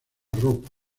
ropa